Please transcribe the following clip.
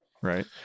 right